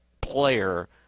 player